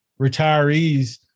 retirees